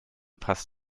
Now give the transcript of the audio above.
passt